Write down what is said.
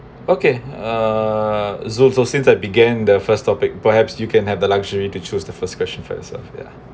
okay uh joe so since I began the first topic perhaps you can have the luxury to choose the first question first ah ya